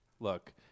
Look